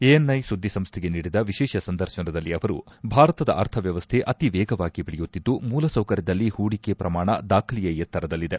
ANI ಸುದ್ದಿಸಂಸ್ಥೆಗೆ ನೀಡಿದ ವಿಶೇಷ ಸಂದರ್ಶನದಲ್ಲಿ ಅವರು ಭಾರತದ ಅರ್ಥವ್ಯವಸ್ಥೆ ಅತಿ ವೇಗವಾಗಿ ಬೆಳೆಯುತ್ತಿದ್ದು ಮೂಲಸೌಕರ್ಯದಲ್ಲಿ ಹೂಡಿಕೆ ಪ್ರಮಾಣ ದಾಖಲೆಯ ಎತ್ತರದಲ್ಲಿದೆ